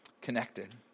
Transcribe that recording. connected